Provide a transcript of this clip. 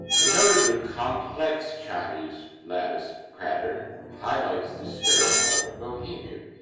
a notably complex chinese lattice pattern highlights the stair hall of bohemia,